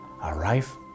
Arrive